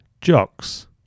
Jocks